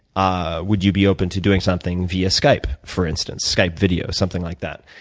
ah would you be open to doing something via skype, for instance? skype video, something like that.